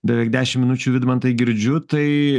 beveik dešim minučių vidmantai girdžiu tai